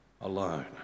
alone